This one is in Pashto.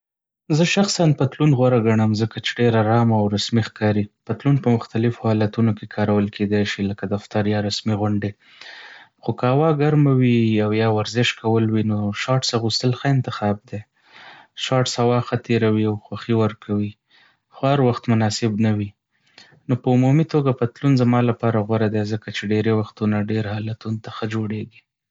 زه شخصاً پتلون غوره ګڼم ځکه چې ډېر آرام او رسمي ښکاري. پتلون په مختلفو حالتونو کې کارول کیدی شي، لکه دفتر یا رسمي غونډې. خو که هوا ګرمه وي او یا ورزش کول وي، نو شارټس اغوستل ښه انتخاب دی. شارټس هوا ښه تېروي او خوښي ورکوي، خو هر وخت مناسب نه وي. نو په عمومي توګه، پتلون زما لپاره غوره دی ځکه چې ډېری وختونه ډېر حالتونو ته ښه جوړیږي.